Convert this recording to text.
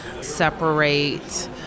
separate